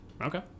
Okay